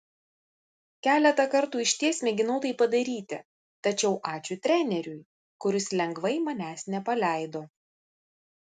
keletą kartų išties mėginau tai padaryti tačiau ačiū treneriui kuris lengvai manęs nepaleido